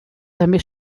també